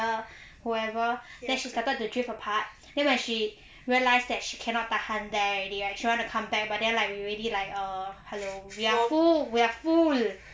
the whoever then she started to drift apart then when she realised that she cannot tahan there already she want to come back but then like we already like err hello we are full we are full